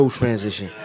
transition